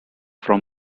from